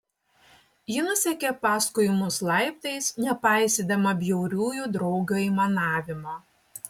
ji nusekė paskui mus laiptais nepaisydama bjauriųjų draugių aimanavimo